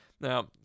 Now